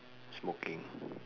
smoking